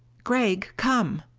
gregg, come.